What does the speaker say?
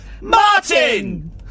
Martin